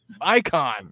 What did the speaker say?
icon